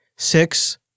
Six